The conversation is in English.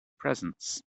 presence